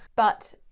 but,